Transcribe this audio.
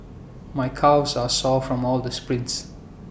my calves are sore from all the sprints